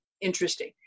interesting